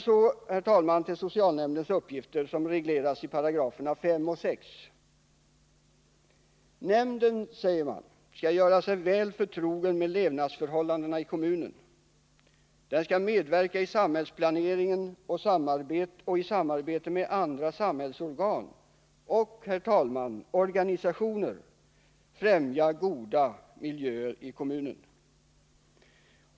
Så, herr talman, till socialnämndens uppgifter, som regleras i paragraferna 5 och 6. Nämnden skall, säger man i lagförslaget, göra sig väl förtrogen med levnadsförhållandena i kommunen. Den skall medverka i samhällsplaneringen och i samarbete med andra samhällsorgan och, herr talman, organisationer främja goda miljöer i kommunen.